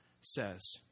says